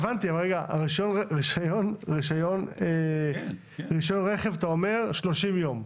אתה אומר: לגבי היעדר רישיון רכב בתוקף 30 ימים.